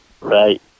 right